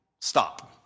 Stop